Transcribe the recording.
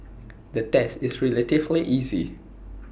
the test is relatively easy